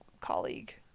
colleague